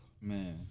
man